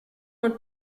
und